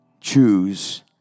Choose